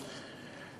במקום.